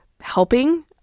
helping